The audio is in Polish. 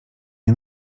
nie